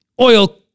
oil